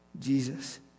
Jesus